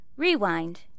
Rewind